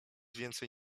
więcej